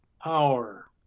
power